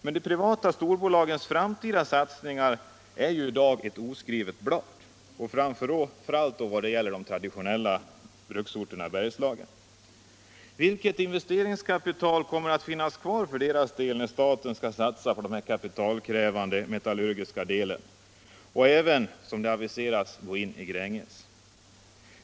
Men de privata storbolagens framtida satsningar är i dag ett oskrivet blad, framför allt i vad gäller de traditionella bruksorterna i Bergslagen. Vilket investeringskapital kommer att finnas kvar för deras del när staten har satsat på den kapitalkrävande metallurgiska delen och även, som aviserats, går in i Gränges?